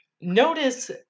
Notice